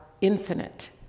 infinite